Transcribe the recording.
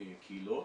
הקהילות